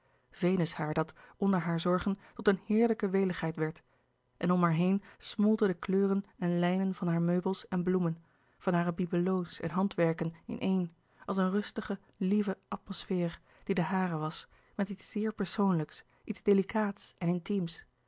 venushaar dat onder haar zorgen tot een heerlijke weligheid werd en om haar heen smolten de kleuren en lijnen van hare meubels en bloemen van hare bibelots en handwerken in een als een rustig lieve atmosfeer die de hare was met iets zeer persoonlijks iets delicaats en intiems